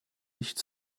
nicht